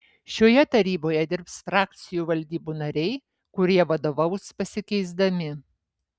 šioje taryboje dirbs frakcijų valdybų nariai kurie vadovaus pasikeisdami